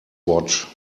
watch